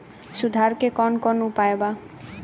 सुधार के कौन कौन उपाय वा?